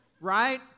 right